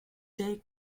jay